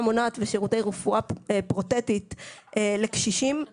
מונעת ושירותי רפואה פרותטית לקשישים בסל.